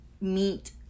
meet